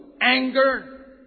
anger